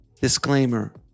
Disclaimer